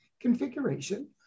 configuration